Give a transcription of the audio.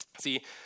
See